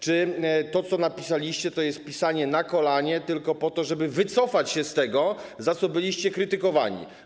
Czy to, co napisaliście, jest pisaniem na kolanie tylko po to, żeby wycofać się z tego, za co byliście krytykowani?